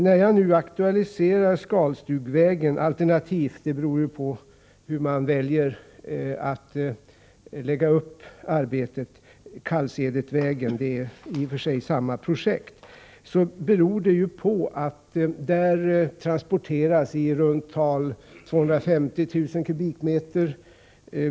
Att jag nu aktualiserar Skalstugevägen alternativt — det beror på hur man väljer att lägga upp arbetet; det är i och för sig samma projekt — Kallsedetvägen beror på att där transporteras i runt tal 250 000 m?